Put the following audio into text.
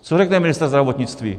Co řekne ministr zdravotnictví?